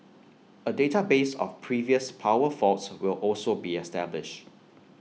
A database of previous power faults will also be established